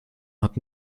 hat